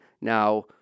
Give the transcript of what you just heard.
Now